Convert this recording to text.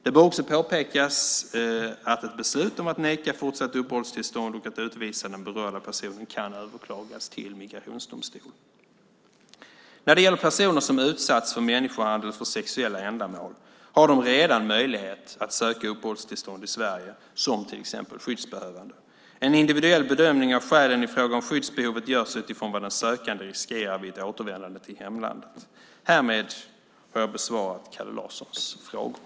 Det bör också påpekas att ett beslut om att neka fortsatt uppehållstillstånd och att utvisa den berörda personen kan överklagas till migrationsdomstol. Personer som har utsatts för människohandel för sexuella ändamål har redan möjlighet att söka uppehållstillstånd i Sverige som till exempel skyddsbehövande. En individuell bedömning av skälen i fråga om skyddsbehovet görs utifrån vad den sökande riskerar vid ett återvändande till hemlandet. Härmed har jag besvarat Kalle Larssons frågor.